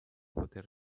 poter